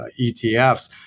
ETFs